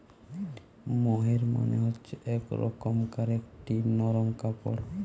মোহের মানে হচ্ছে এক রকমকার একটি নরম কাপড়